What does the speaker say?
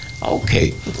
Okay